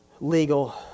legal